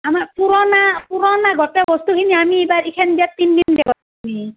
আমাৰ পুৰণা পুৰণা গোটেই বস্তুখিনি আমি এইবাৰ এইখন বিয়াত পিন্ধিম দে